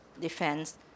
defense